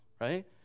right